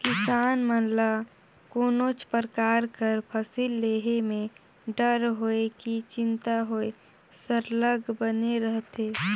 किसान मन ल कोनोच परकार कर फसिल लेहे में डर होए कि चिंता होए सरलग बनले रहथे